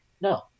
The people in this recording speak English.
no